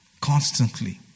Constantly